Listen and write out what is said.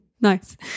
Nice